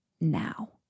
now